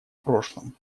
прошлом